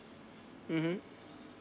mmhmm